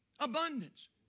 Abundance